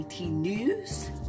News